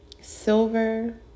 silver